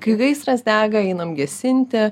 kai gaisras dega einam gesinti